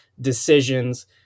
decisions